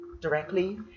directly